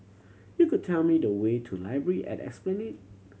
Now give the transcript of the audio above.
you could tell me the way to Library at Esplanade